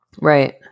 Right